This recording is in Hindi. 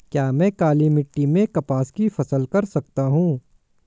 क्या मैं काली मिट्टी में कपास की फसल कर सकता हूँ?